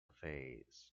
phase